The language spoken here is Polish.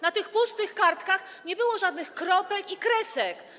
Na tych pustych kartkach nie było żadnych kropek i kresek.